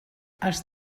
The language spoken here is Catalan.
els